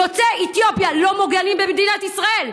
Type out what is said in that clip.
יוצאי אתיופיה לא מוגנים במדינת ישראל,